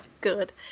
Good